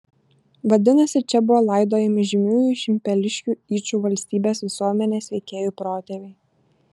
vadinasi čia buvo laidojami žymiųjų šimpeliškių yčų valstybės visuomenės veikėjų protėviai